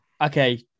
okay